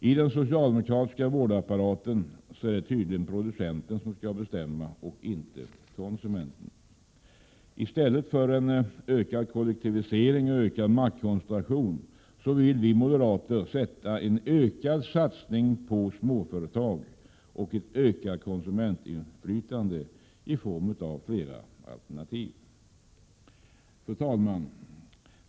I den socialdemokratiska vårdapparaten är det tydligen producenten som skall bestämma och inte konsumenten. I stället för ökad kollektivisering och ökad maktkoncentration vill vi moderater sätta en ökad satsning på småföretag och ett ökat konsumentinflytande i form av fler alternativ. Fru talman!